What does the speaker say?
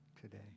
today